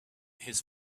his